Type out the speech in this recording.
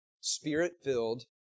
Spirit-filled